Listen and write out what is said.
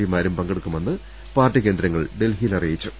പിമാരും പങ്കെടുക്കുമെന്ന് പാർട്ടികേന്ദ്രങ്ങൾ ഡൽഹി യിൽ അറിയിച്ചു